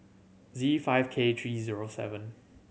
Z five K three O seven